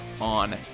on